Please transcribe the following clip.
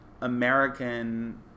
American